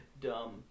dumb